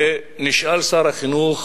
נשאל שר החינוך